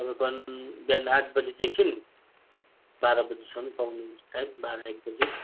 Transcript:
तपाईँको बिहान आठ बजीदेखि बाह्र बजीसम्म पाउनुहुन्छ टाइम बाह्र एक बजी